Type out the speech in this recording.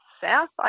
south